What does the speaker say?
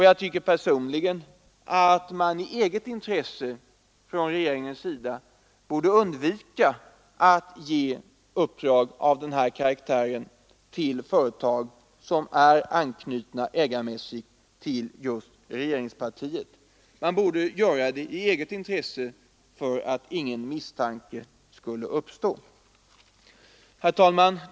Jag tycker personligen att regeringen i eget intresse borde undvika att ge uppdrag av denna karaktär till företag som ägarmässigt är anslutna till just regeringspartiet.